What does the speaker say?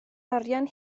arian